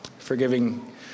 forgiving